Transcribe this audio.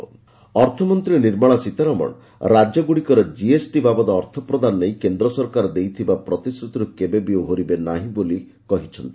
FM GST ଅର୍ଥମନ୍ତ୍ରୀ ନିର୍ମଳା ସୀତାରମଣ ରାଜ୍ୟଗୁଡ଼ିକର GST କ୍ଷତିପୂରଣ ବାବଦ ଅର୍ଥ ପ୍ରଦାନ ନେଇ କେନ୍ଦ୍ର ସରକାର ଦେଇଥିବା ପ୍ରତିଶ୍ରତି କେବେ ବି ଓହରିବେ ନାହିଁ ବୋଲି କହିଛନ୍ତି